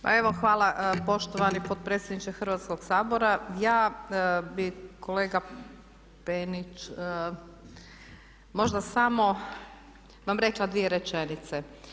Pa evo hvala poštovani potpredsjedniče Hrvatskog sabora, ja bi kolega Penić možda samo vam rekla dvije rečenice.